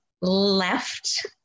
left